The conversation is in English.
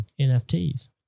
NFTs